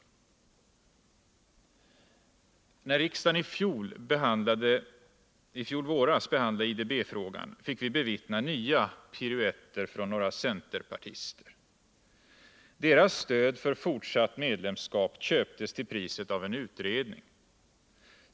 När riksdagen i fjol våras behandlade IDB-frågan fick vi bevittna nya piruetter från några centerpartister. Deras stöd för fortsatt medlemskap köptes till priset av en utredning.